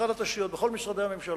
במשרד התשתיות ובכל משרדי הממשלה,